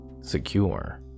secure